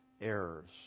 errors